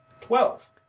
Twelve